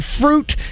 fruit